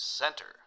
center